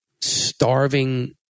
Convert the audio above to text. starving